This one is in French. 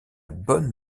bonne